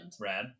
Rad